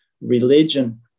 religion